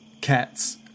cats